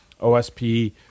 OSP